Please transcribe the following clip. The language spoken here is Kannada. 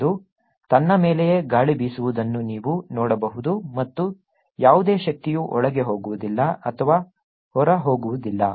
ಅದು ತನ್ನ ಮೇಲೆಯೇ ಗಾಳಿ ಬೀಸುವುದನ್ನು ನೀವು ನೋಡಬಹುದು ಮತ್ತು ಯಾವುದೇ ಶಕ್ತಿಯು ಒಳಗೆ ಹೋಗುವುದಿಲ್ಲ ಅಥವಾ ಹೊರಹೋಗುವುದಿಲ್ಲ